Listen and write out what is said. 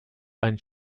ein